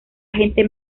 gente